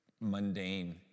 mundane